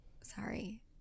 Sorry